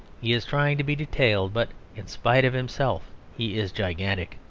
he is trying to be detailed, but in spite of himself he is gigantic.